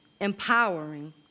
empowering